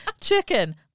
Chicken